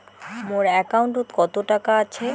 মোর একাউন্টত কত টাকা আছে?